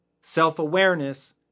self-awareness